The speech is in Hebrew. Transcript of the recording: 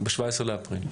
ב-17 באפריל.